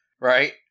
Right